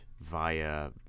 via